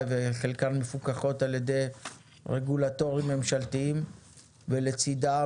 וחלקן מפוקחות על ידי רגולטורים ממשלתיים ולצידן